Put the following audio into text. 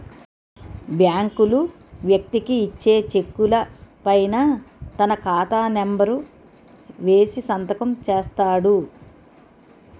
బ్యాంకులు వ్యక్తికి ఇచ్చే చెక్కుల పైన తన ఖాతా నెంబర్ వేసి సంతకం చేస్తాడు